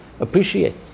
Appreciate